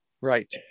Right